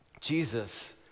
Jesus